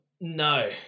No